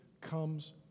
comes